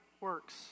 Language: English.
works